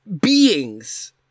beings